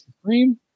Supreme